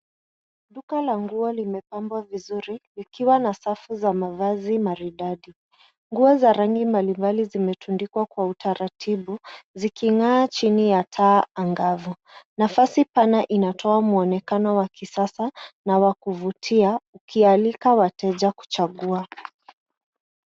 Duka la nguo limepambwa vizuri ikiwa na safu ya mavazi maridadi. Nguo za rangi mbalimbali zimetundikwa kwa utaratibu ziking'aa chini ya taa angavu. Nafasi pana inatoa muonekano wa kisasa na wa kuvutia ukialika wateja kuchagua.